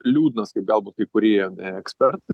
liūdnas kaip galbūt kai kurie ekspert